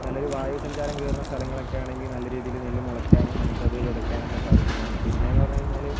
നല്ലൊരു വായു സഞ്ചാരം കയറുന്ന സ്ഥലങ്ങളൊക്കെ ആണെങ്കിൽ നല്ല രീതിയിൽ നെല്ല് മുളയ്ക്കാനും നമുക്ക് അത് വിതയ്ക്കാനും ഒക്കെ സാധിക്കുന്നതാണ് പിന്നെ എന്ന് പറഞ്ഞുകഴിഞ്ഞാൽ